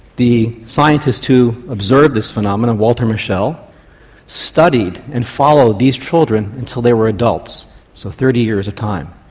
the scientist who observed this phenomena walter mischel studied and followed these children until they were adults so, thirty years of time.